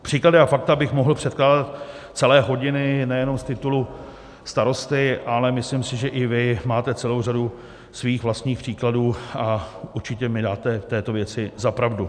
Příklady a fakta bych mohl předkládat celé hodiny nejenom z titulu starosty, ale myslím si, že i vy máte celou řadu svých vlastních příkladů a určitě mi dáte v této věci za pravdu.